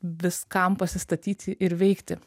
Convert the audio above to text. viskam pasistatyti ir veikti